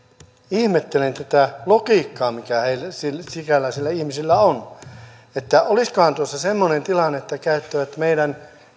ihmettelen tätä logiikkaa mikä sikäläisillä ihmisillä on olisikohan tuossa semmoinen tilanne että käyttävät meidän